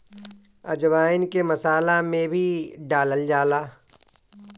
अजवाईन के मसाला में भी डालल जाला